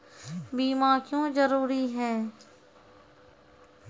बीमा क्यों जरूरी हैं?